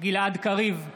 גלעד קריב,